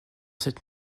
cette